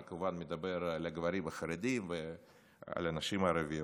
אני כמובן מדבר על הגברים החרדים ועל הנשים הערביות.